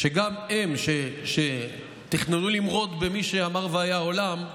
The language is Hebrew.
גם הם תכננו למרוד במי שאמר: "והיה עולם"